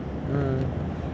mm